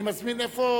אני מזמין, איפה,